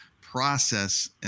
process